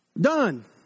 Done